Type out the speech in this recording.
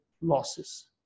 losses